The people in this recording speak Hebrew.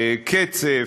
קצף,